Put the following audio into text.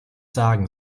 sagen